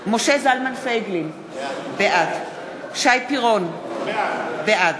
משה זלמן פייגלין, בעד שי פירון, בעד